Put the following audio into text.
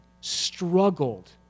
struggled